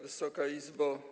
Wysoka Izbo!